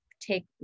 take